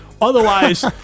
Otherwise